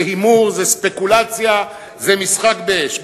זה הימור, זו ספקולציה, זה משחק באש.